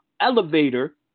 elevator